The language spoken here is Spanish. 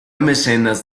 mecenas